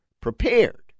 prepared